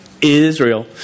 Israel